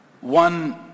One